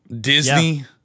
Disney